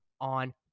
on